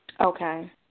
Okay